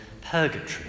purgatory